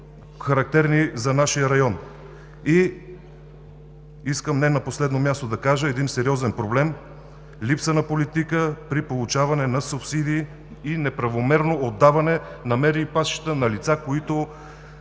Искам не на последно място да кажа един сериозен проблем – липса на политика при получаване на субсидии и неправомерно отдаване на мери и пасища на лица, които не отговарят